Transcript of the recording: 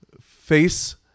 face